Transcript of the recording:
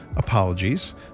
Apologies